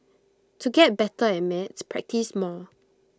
to get better at maths practise more